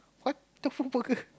what the food burger